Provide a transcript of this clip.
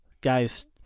Guys